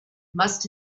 must